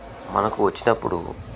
మనకు వచ్చినప్పుడు